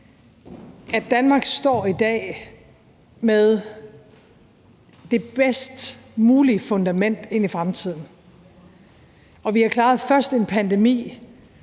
når Danmark i dag står med det bedst mulige fundament til fremtiden og vi har klaret først en pandemi